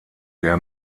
der